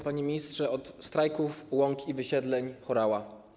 Panie Ministrze od strajków, łąk i wysiedleń Horała!